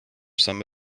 some